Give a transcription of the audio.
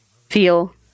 feel